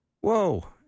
Whoa